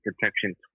protection